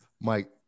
Mike